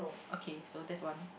okay so that's one